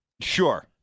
Sure